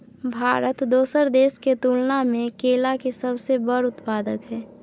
भारत दोसर देश के तुलना में केला के सबसे बड़ उत्पादक हय